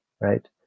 Right